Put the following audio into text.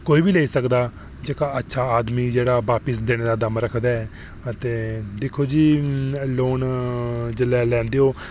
कोई बी लेई सकदा जेह्का अच्छा आदमी बापस देने दा दम रक्खदा ऐ ते दिक्खो जी जेल्लै लोन लैंदे ओ